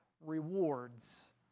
rewards